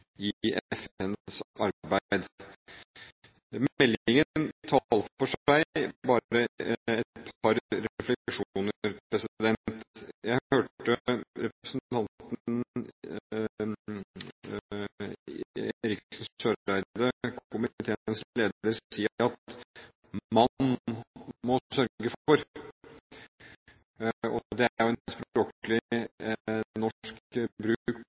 i FNs arbeid. Meldingen taler for seg, men bare et par refleksjoner. Jeg hørte representanten Eriksen Søreide, komiteens leder, si at «man» må sørge for. Det er en språklig norsk bruk